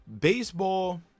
Baseball